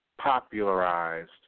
popularized